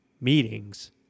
meetings